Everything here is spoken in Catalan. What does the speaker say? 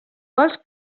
vols